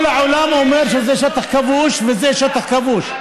כל העולם אומר שזה שטח כבוש, וזה שטח כבוש.